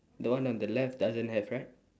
the one on the left doesn't have right